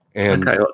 Okay